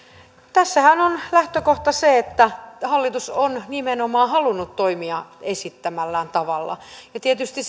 tässähän on lähtökohta se että hallitus on nimenomaan halunnut toimia esittämällään tavalla ja tietysti